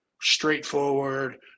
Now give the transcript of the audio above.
straightforward